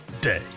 day